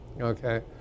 okay